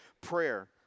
prayer